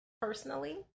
personally